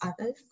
others